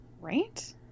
right